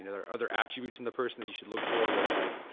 and other other attributes in the person that you should look for, they are like,